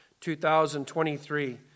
2023